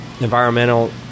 environmental